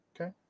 Okay